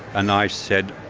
and i said,